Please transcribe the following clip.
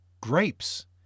grapes